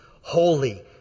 holy